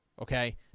Okay